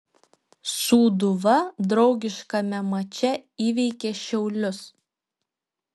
sūduva draugiškame mače įveikė šiaulius